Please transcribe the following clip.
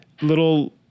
little